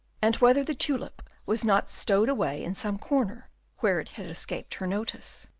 and whether the tulip was not stowed away in some corner where it had escaped her notice.